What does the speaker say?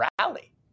rally